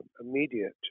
immediate